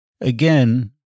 Again